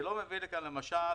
אני לא מביא לכאן, למשל,